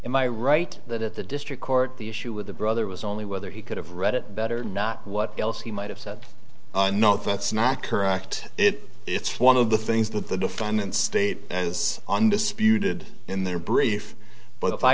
am i right that at the district court the issue with the brother was only whether he could have read it better not what else he might have said no that's not correct it it's one of the things that the defendants state as undisputed in their brief but if i